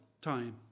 time